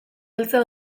heltzea